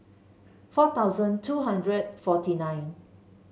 four thousand two hundred forty nine